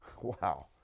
Wow